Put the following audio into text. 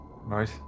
Right